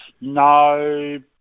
no